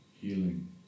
healing